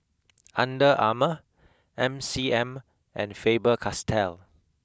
Under Armour M C M and Faber Castell